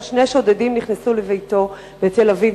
כאשר שני שודדים נכנסו לביתו בתל-אביב,